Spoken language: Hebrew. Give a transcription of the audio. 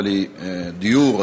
דיור,